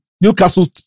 Newcastle